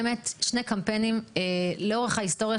שני קמפיינים לאורך ההיסטוריה,